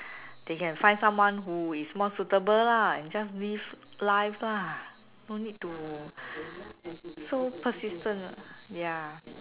they can find someone who is more suitable lah just live life ah don't need to so persistent ya